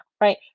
right